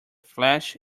flesh